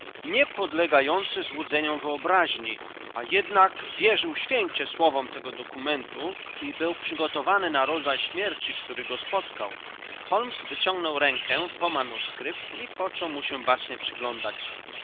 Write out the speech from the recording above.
nie podlegający złudzeniom wyobraźni a jednak wierzył święcie słowom tego dokumentu i był przygotowany na rodzaj śmierci który go spotkał holmes wyciągnął rękę po manuskrypt i począł mu się bacznie przyglądać